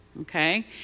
Okay